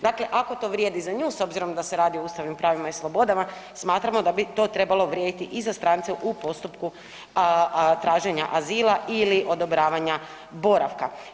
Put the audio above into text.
Dakle, ako to vrijedi za nju s obzirom da se radi o ustavnim pravima i slobodama, smatramo da bi to trebalo vrijediti i za strance u postupku traženja azila ili odobravanja boravka.